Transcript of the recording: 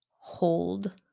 hold